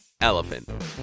Elephant